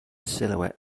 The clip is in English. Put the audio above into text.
silhouette